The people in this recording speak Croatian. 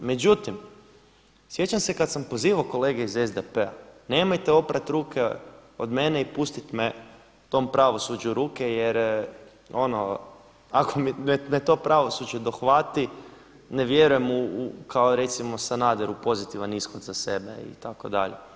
Međutim sjećam se kada sam pozivao kolege iz SDP-a, nemojte oprati ruke od mene i pustiti me tom pravosuđu u ruke, jer ono ako me to pravosuđe dohvati ne vjerujem u, kao recimo Sanader u pozitivan ishod za sebe itd.